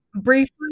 Briefly